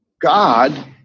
God